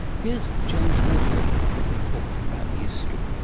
here's james woodford who has written a book about the issue.